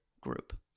group